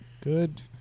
good